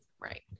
Right